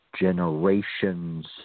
generations